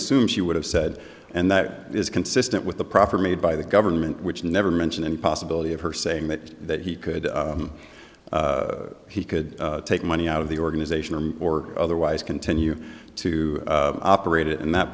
assume she would have said and that is consistent with the proper made by the government which never mention any possibility of her saying that that he could he could take money out of the organization or otherwise continue to operate it and